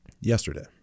yesterday